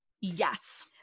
Yes